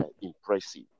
impressive